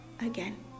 again